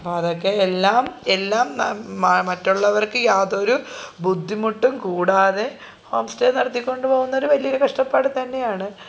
അപ്പം ഇതൊക്കെ എല്ലാം എല്ലാം മറ്റുള്ളവർക്ക് യാതൊരു ബുദ്ധിമുട്ടും കൂടാതെ ഹോം സ്റ്റെ നടത്തിക്കൊണ്ടു പോകുന്നൊരു വലിയൊരു കഷ്ടപ്പാടൂ തന്നെയാണ്